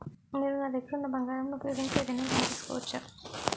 నేను నా దగ్గర ఉన్న బంగారం ను ఉపయోగించి ఏదైనా లోన్ తీసుకోవచ్చా?